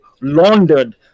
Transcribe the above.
laundered